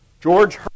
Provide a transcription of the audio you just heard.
George